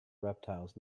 reptiles